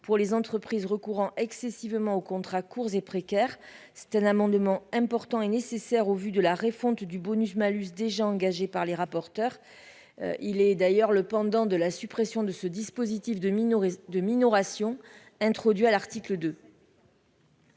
pour les entreprises recourant excessivement aux contrats courts et précaire, c'est un amendement important et nécessaire au vu de la refonte du bonus-malus déjà engagés par les rapporteurs, il est d'ailleurs le pendant de la suppression de ce dispositif de minorité de minoration introduit à l'article de.